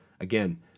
again